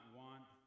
want